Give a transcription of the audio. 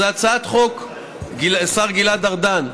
אז הצעת החוק, השר גלעד ארדן,